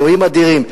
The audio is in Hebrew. אלוהים אדירים,